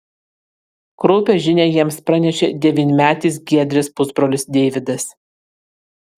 kraupią žinią jiems pranešė devynmetis giedrės pusbrolis deividas